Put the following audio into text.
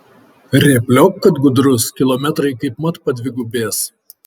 rėpliok kad gudrus kilometrai kaip mat padvigubės